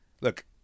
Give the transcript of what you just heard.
Look